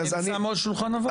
הם שמו על שולחן הוועדה.